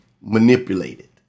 manipulated